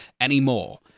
anymore